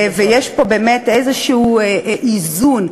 ויש פה באמת איזשהו איזון.